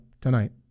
tonight